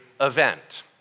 event